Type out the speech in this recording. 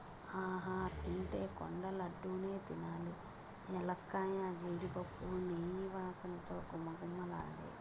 ఆహా తింటే కొండ లడ్డూ నే తినాలి ఎలక్కాయ, జీడిపప్పు, నెయ్యి వాసనతో ఘుమఘుమలాడే